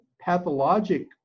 pathologic